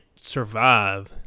Survive